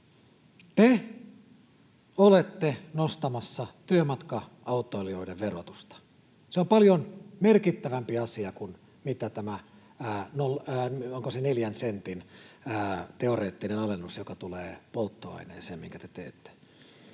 Te olette nostamassa työmatka-autoilijoiden verotusta. Se on paljon merkittävämpi asia kuin tämä, onko se neljän sentin teoreettinen alennus, joka tulee polttoaineeseen, minkä te teette.